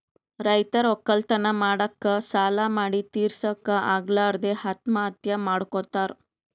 ರೈತರ್ ವಕ್ಕಲತನ್ ಮಾಡಕ್ಕ್ ಸಾಲಾ ಮಾಡಿ ತಿರಸಕ್ಕ್ ಆಗಲಾರದೆ ಆತ್ಮಹತ್ಯಾ ಮಾಡ್ಕೊತಾರ್